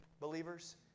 believers